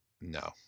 no